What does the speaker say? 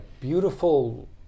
beautiful